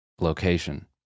location